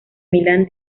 milán